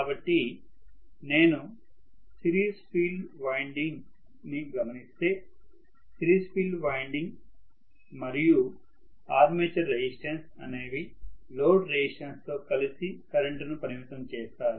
కాబట్టి నేను series field winding ని గమనిస్తే సిరీస్ ఫీల్డ్ వైన్డింగ్ మరియు ఆర్మేచర్ రెసిస్టన్స్ అనేవి లోడ్ రెసిస్టన్స్ తో కలిసి కరెంటుని పరిమితం చేస్తాయి